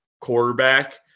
quarterback